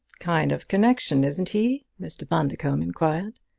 kind of connection, isn't he? mr. bundercombe inquired.